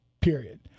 period